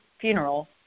funeral